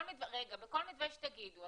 בכל מתווה שתגידו,